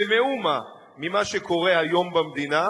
במאומה ממה שקורה היום במדינה.